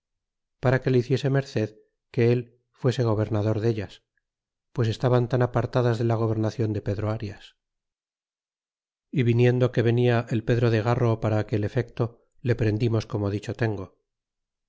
para que le hiciese merced que él fuese gobernador dellas pues estaban tan apartadas de la gobernacion de pedro aries e viniendo que venia el pedro de garro para aquel efecto le prendimos como dicho tengo